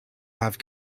have